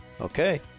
Okay